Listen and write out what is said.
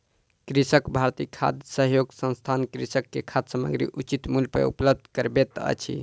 कृषक भारती खाद्य सहयोग संस्थान कृषक के खाद्य सामग्री उचित मूल्य पर उपलब्ध करबैत अछि